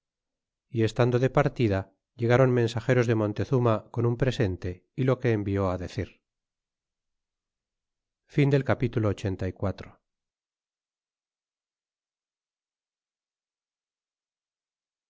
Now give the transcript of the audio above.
y estando de partida llegron mensageros de montezuma con un presente y lo que ennió decir capitulo